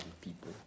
people